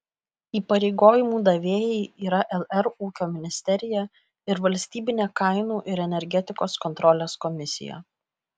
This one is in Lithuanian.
įpareigojimų davėjai yra lr ūkio ministerija ir valstybinė kainų ir energetikos kontrolės komisija